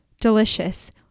delicious